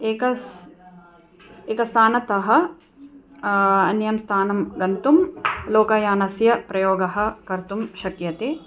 एकस् एकः स्थानतः अन्यं स्थानं गन्तुं लोकयानस्य प्रयोगः कर्तुं शक्यते